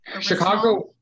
Chicago